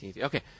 Okay